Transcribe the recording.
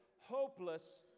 hopeless